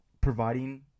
providing